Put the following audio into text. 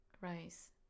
Rice